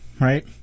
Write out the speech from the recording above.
right